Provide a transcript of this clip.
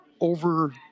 over